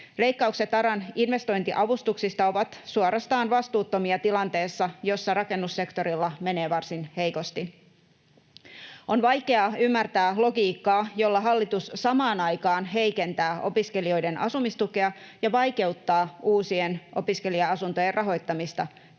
Leikkaukset ARAn investointiavustuksista ovat suorastaan vastuuttomia tilanteessa, jossa rakennussektorilla menee varsin heikosti. On vaikea ymmärtää logiikkaa, jolla hallitus samaan aikaan heikentää opiskelijoiden asumistukea ja vaikeuttaa uusien opiskelija-asuntojen rahoittamista